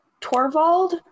Torvald